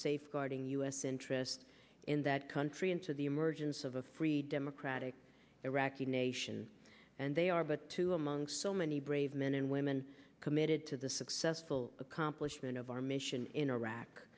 safeguarding u s interests in that country and to the emergence of a free democratic iraqi nation and they are but to among so many brave men and women committed to the successful accomplishment of our mission in iraq